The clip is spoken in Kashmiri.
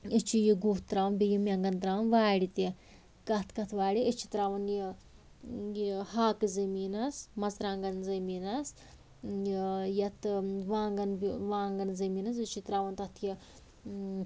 أسۍ چھِ یہِ گُہہ ترٛاوان بیٚیہِ یِم مٮ۪نٛگن ترٛاوان وارِ تہِ کَتھ کَتھ وارِ أسۍ چھِ ترٛاوان یہِ یہِ ہاکہٕ زٔمیٖنس مرژٕوانٛگن زٔمیٖنس یَتھ وانٛگن وانٛگن زٔمیٖنس أسۍ چھِ ترٛاوان تتھ یہِ